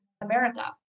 America